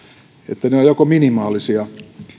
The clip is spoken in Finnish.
että ne ovat joko minimaalisia